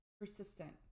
persistent